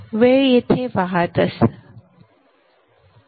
वेळ येथे वाहत असेल Io